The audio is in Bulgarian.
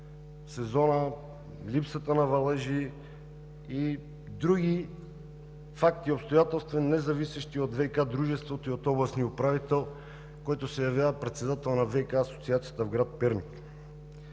сезона, липсата на валежи и други факти и обстоятелства, независещи от ВиК дружеството и от областния управител, който се явява председател на Асоциацията по ВиК в град Перник.